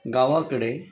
गावाकडे